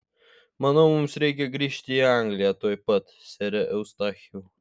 manau mums reikia grįžti į angliją tuoj pat sere eustachijau